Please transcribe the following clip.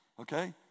okay